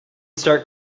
start